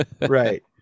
Right